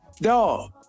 dog